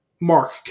mark